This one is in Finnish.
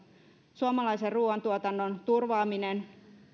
suomalaisen ruoantuotannon turvaaminen